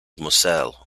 moselle